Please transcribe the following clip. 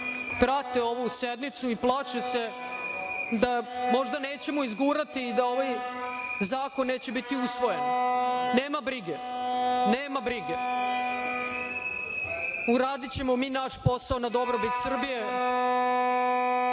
prate ovu sednicu i plaše se da možda nećemo izgurati, da ovaj zakon neće biti usvojen. Nema brige. Nema brige. Uradićemo mi naš posao na dobrobit Srbije,